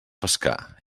pescar